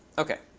ok.